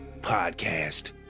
podcast